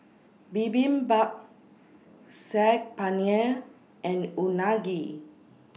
Bibimbap Saag Paneer and Unagi